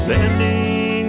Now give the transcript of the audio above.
Sending